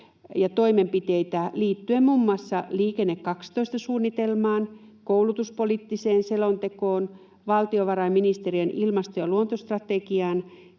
ja toimenpiteitä liittyen muun muassa Liikenne 12 ‑suunnitelmaan, koulutuspoliittiseen selontekoon, valtiovarainministeriön ilmasto- ja luontostrategiaan,